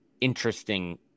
interesting